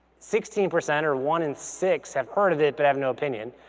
sixteen percent or one in six have heard of it, but have no opinion.